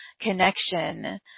connection